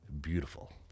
beautiful